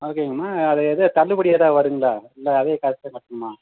ஓகேங்கம்மா அது எதாவது தள்ளுபடி ஏதாவது வருதுங்களா இல்லை அதே காசுதான் கட்டணுமா